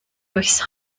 durchs